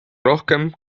rohkem